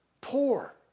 poor